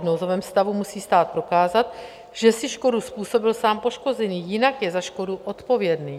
V nouzovém stavu musí stát prokázat, že si škodu způsobil sám poškozený, jinak je za škodu odpovědný.